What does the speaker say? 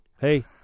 Hey